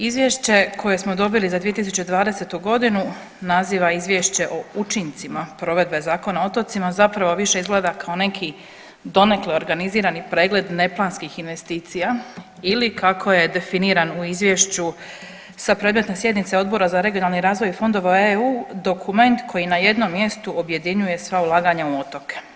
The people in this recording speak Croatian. Izvješće koje smo dobili za 2020.g. naziva Izvješće o učincima provedbe Zakona o otocima zapravo više izgleda kao neki donekle organizirani pregled neplanskih investicija ili kako je definiran u izvješću sa predmetne sjednice Odbor za regionalni razvoj i fondove EU, dokument koji na jednom mjestu objedinjuje sva ulaganja u otoke.